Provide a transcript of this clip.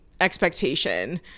expectation